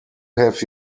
have